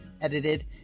edited